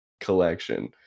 collection